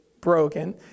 broken